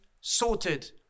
sorted